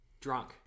drunk